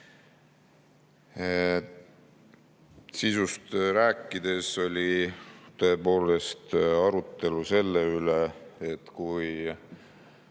sisust rääkida, siis oli tõepoolest arutelu selle üle, et kui